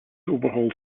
overhauled